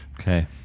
Okay